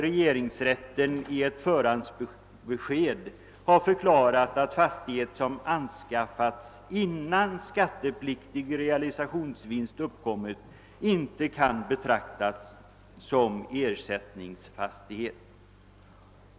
Regeringsrätten har i ett förhandsbesked förklarat att fastighet, som anskaffats innan skattepliktig realisationsvinst uppkommit, inte kan betraktas som ersättningsfastighet.